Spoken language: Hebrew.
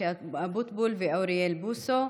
משה אבוטבול ואוריאל בוסו,